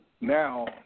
now